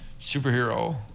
Superhero